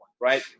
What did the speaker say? right